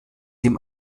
den